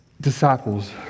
Disciples